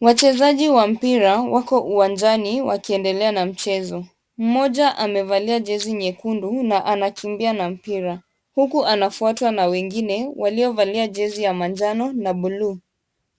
Wachezaji wa mpira wako uwanjani wakiendelea na mchezo. Mmoja amevalia jezi nyekundu na anakimbia na mpira huku anafuatwa na wengine waliovalia jezi ya manjano na buluu.